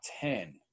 ten